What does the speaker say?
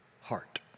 heart